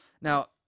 now